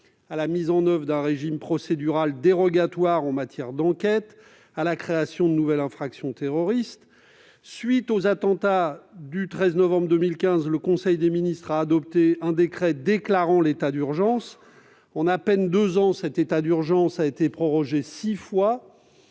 à la mise en oeuvre d'un régime procédural dérogatoire en matière d'enquêtes, ainsi qu'à la création de nouvelles infractions terroristes. À la suite des attentats du 13 novembre 2015, le conseil des ministres a adopté un décret déclarant l'état d'urgence. En à peine deux ans, cet état d'urgence a été prorogé six fois,